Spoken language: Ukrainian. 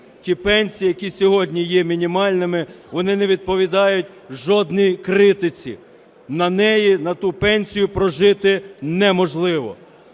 Ті пенсії, які сьогодні є мінімальними, вони не відповідають жодній критиці, на неї, на ту пенсію, прожити неможливо.